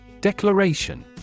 Declaration